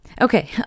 Okay